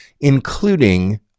including